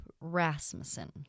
Rasmussen